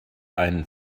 einen